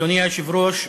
אדוני היושב-ראש,